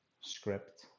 script